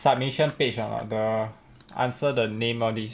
submission page ah the answer the name all these